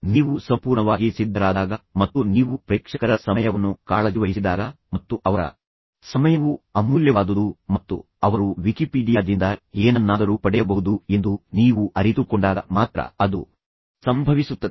ನೀವು ಸಂಪೂರ್ಣವಾಗಿ ಸಿದ್ಧರಾದಾಗ ಮತ್ತು ನೀವು ಪ್ರೇಕ್ಷಕರ ಸಮಯವನ್ನು ಕಾಳಜಿವಹಿಸಿದಾಗ ಮತ್ತು ಅವರ ಸಮಯವು ಅಮೂಲ್ಯವಾದುದು ಮತ್ತು ಅವರು ವಿಕಿಪೀಡಿಯಾದಿಂದ ಏನನ್ನಾದರೂ ಪಡೆಯಬಹುದು ಎಂದು ನೀವು ಅರಿತುಕೊಂಡಾಗ ಮಾತ್ರ ಅದು ಸಂಭವಿಸುತ್ತದೆ